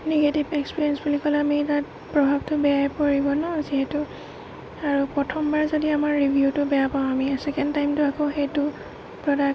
negative experience বুলি ক'লে আমি তাত প্ৰভাৱটো বেয়াই পৰিব ন যিহেতু আৰু প্ৰথমবাৰ যদি আমাৰ ৰিভিউটো বেয়া পাওঁ আমি ছেকেণ্ড টাইমটো আকৌ সেইটো প্ৰডাক্ট